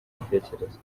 ibitekerezo